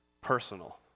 personal